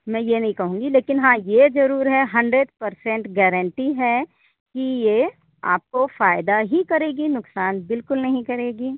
मैं ये नहीं कहूँगी लेकिन हाँ ये जरूर है हंड्रेड पर्सेंट गैरेंटी है कि ये आपको फ़ायदा ही करेगी नुकसान बिल्कुल नहीं करेगी